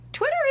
Twitter